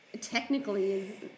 technically